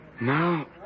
Now